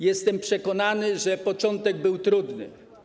Jestem przekonany, że początek był trudny.